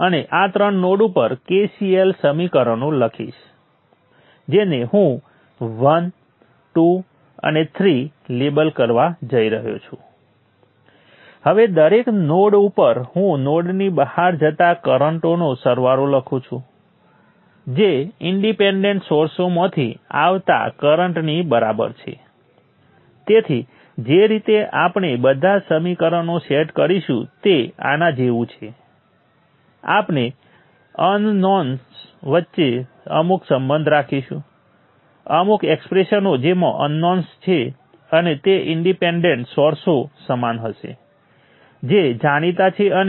તેથી આપણે બધા બ્રાન્ચ વોલ્ટેજ સરળતાથી મેળવી શકીએ છીએ એકવાર આપણી પાસે નોડ વોલ્ટેજનું વેક્ટર હોય અને પછી આપણે બધા કરંટોની ગણતરી કરવી પડશે હવે આપણે કરંટ શોધવા માટે એલિમેન્ટના વોલ્ટેજ અને I V સંબંધોનો ઉપયોગ કરીએ છીએ